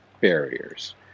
barriers